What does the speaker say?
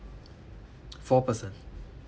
four person